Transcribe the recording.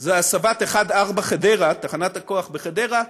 זה הסבת 1 4 חדרה, תחנת הכוח בחדרה,